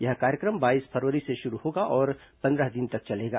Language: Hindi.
यह कार्यक्रम बाईस फरवरी से शुरू होगा और यह पंद्रह दिन तक चलेगा